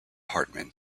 hartman